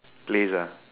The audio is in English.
plays ah